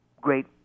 great